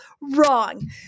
wrong